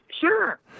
Sure